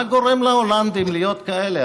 מה גורם להולנדים להיות כאלה?